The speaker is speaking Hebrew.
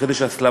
בהחלט יש הסלמה.